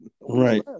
Right